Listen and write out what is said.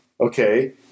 Okay